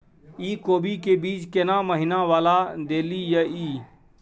इ कोबी के बीज केना महीना वाला देलियैई?